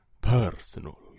personal